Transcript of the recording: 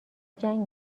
جنگ